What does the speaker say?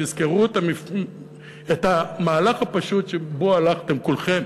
תזכרו את המהלך הפשוט שבו הלכתם כולכם,